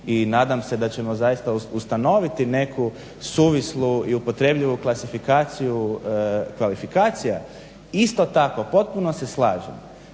i nadam se da ćemo zaista ustanoviti neku suvislu i upotrebljivu klasifikaciju kvalifikacija. Isto tako, potpuno se slažem